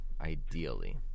ideally